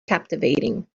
captivating